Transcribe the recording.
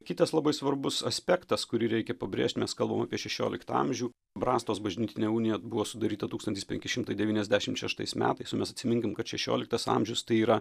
kitas labai svarbus aspektas kurį reikia pabrėžt mes kalbam apie šešioliktą amžių brastos bažnytinė unija buvo sudaryta tūkstantis penki šimtai devyniasdešimt šeštais metais o mes atsiminkim kad šešioliktas amžius tai yra